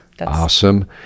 awesome